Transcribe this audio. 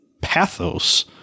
pathos